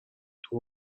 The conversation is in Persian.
توی